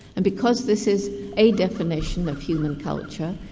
and because this is a definition of human culture,